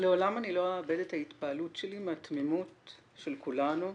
לעולם לא אאבד את ההתפעלות שלי מהתמימות של כולנו,